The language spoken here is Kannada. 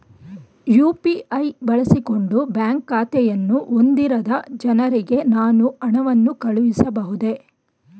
ಯು.ಪಿ.ಐ ಬಳಸಿಕೊಂಡು ಬ್ಯಾಂಕ್ ಖಾತೆಯನ್ನು ಹೊಂದಿರದ ಜನರಿಗೆ ನಾನು ಹಣವನ್ನು ಕಳುಹಿಸಬಹುದೇ?